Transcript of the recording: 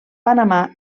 panamà